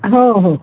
हो हो